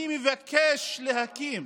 אני מבקש להקים,